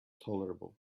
tolerable